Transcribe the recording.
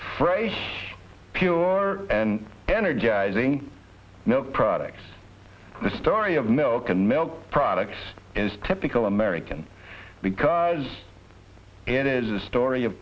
a pure and energizing no products the story of milk and milk products is typical american because it is a story of